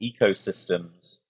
ecosystems